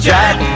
Jack